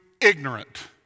ignorant